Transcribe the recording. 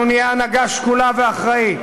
אנחנו נהיה הנהגה שקולה ואחראית,